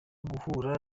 guhura